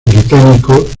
británico